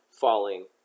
falling